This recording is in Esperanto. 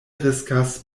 riskas